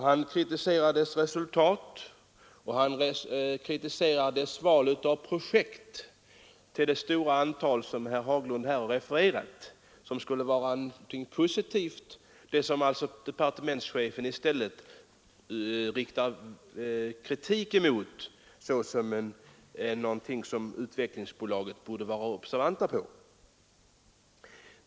Man kritiserar bolagets resultat, och det stora antal projekt som herr Haglund här menade vara något positivt har departementschefen riktat kritik mot och ansett att man i Utvecklingsbolaget borde vara observant på.